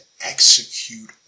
execute